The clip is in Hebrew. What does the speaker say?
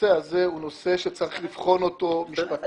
הנושא הזה הוא נושא שצריך לבחון אותו משפטית.